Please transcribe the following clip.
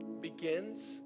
begins